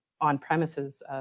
On-premises